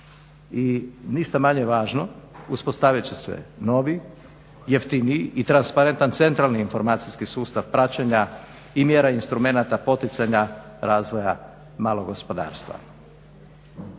I ništa manje važno uspostavit će se novi, jeftiniji i transparentan centralni informacijski sustav praćenja i mjera instrumenata poticanja razvoja malog gospodarstva.